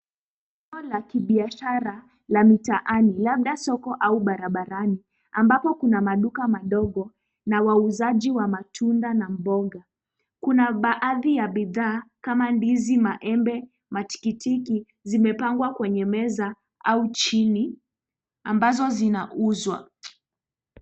Jengo la kibiashara la mitaani labda soko au barabarani ambapo kuna maduka madogo na wauzaji wa matunda na mboga. Kuna baadhiya bidhaa kama ndizi, maembe, matikiti zimepangwa kwenye meza au chini ambazo zinauzwa.